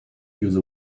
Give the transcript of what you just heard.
use